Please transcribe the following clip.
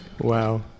Wow